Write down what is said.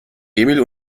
emil